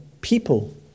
people